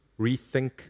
rethink